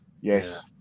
yes